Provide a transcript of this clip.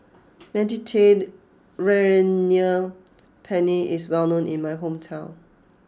Mediterranean Penne is well known in my hometown